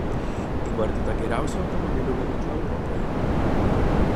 įvardyta geriausia automobilių gamykla europoje